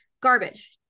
Garbage